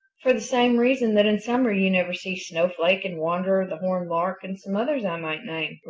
for the same reason that in summer you never see snowflake and wanderer the horned lark and some others i might name,